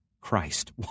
Christ